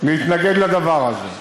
להתנגד לדבר הזה?